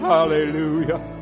Hallelujah